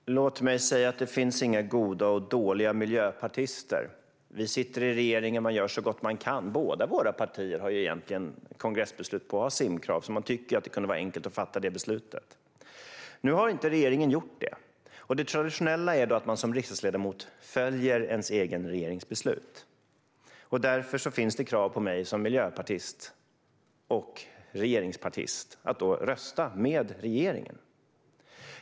Fru talman! Låt mig säga att det inte finns några goda och dåliga miljöpartister. Vi sitter i regeringen, och man gör så gott man kan. Båda våra partier har egentligen kongressbeslut på att ha simkrav. Man tycker att det kunde vara enkelt att fatta det beslutet. Nu har regeringen inte gjort det. Det traditionella är då att man som riksdagsledamot följer den egna regeringens beslut. Därför finns det krav på mig som miljöpartist och regeringspartist att rösta med regeringen.